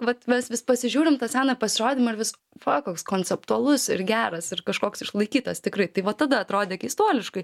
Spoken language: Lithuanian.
vat mes vis pasižiūrim tą seną pasirodymą ir vis va koks konceptualus ir geras ir kažkoks išlaikytas tikrai tai va tada atrodė keistuoliškai